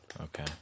Okay